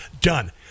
Done